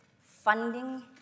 funding